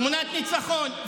תמונת ניצחון,